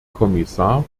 kommissar